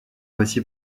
aussi